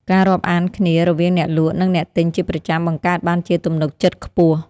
ការរាប់អានគ្នារវាងអ្នកលក់ និងអ្នកទិញជាប្រចាំ បង្កើតបានជាទំនុកចិត្តខ្ពស់។